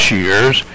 years